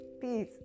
peace